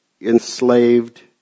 enslaved